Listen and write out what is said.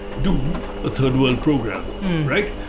do a third world program right,